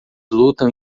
lutam